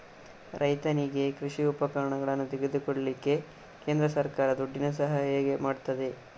ರೈತನಿಗೆ ಕೃಷಿ ಉಪಕರಣಗಳನ್ನು ತೆಗೊಳ್ಳಿಕ್ಕೆ ಕೇಂದ್ರ ಸರ್ಕಾರ ದುಡ್ಡಿನ ಸಹಾಯ ಹೇಗೆ ಮಾಡ್ತದೆ?